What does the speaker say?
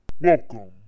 Welcome